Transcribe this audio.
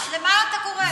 למה אתה גורם?